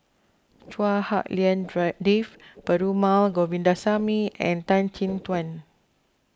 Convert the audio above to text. Chua Hak Lien Dave Perumal Govindaswamy and Tan Chin Tuan